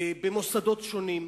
במוסדות שונים.